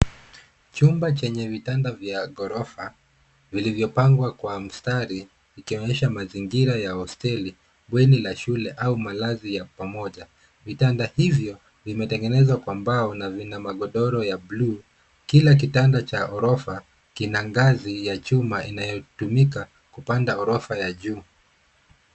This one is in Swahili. Chumba chenye vitanda vya ghorofa, vilivyopangwa kwa mstari, ikionyesha mazingira ya hosteli, bweni la shule au malazi ya pamoja. Vitanda hivyo vimetengenezwa kwa mbao na vina magodoro ya blue .Kila kitanda cha ghorofa kina ngazi ya chuma inayotumika kupanda ghorofa ya juu.